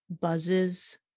buzzes